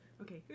Okay